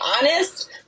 honest